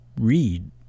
read